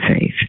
faith